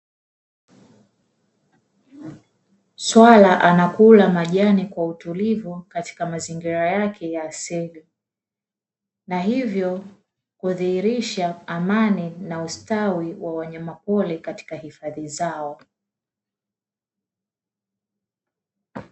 Swala anakula majani kwa utulivu katika mazingira yake ya asili, na hivyo kudhihirisha amani na ustawi ya wanyama pori katika hifadhi zao.